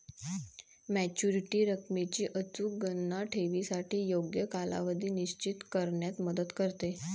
maturity रकमेची अचूक गणना ठेवीसाठी योग्य कालावधी निश्चित करण्यात मदत करते